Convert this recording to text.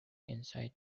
inside